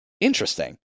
interesting